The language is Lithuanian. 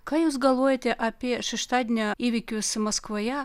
ką jūs galvojate apie šeštadienio įvykius maskvoje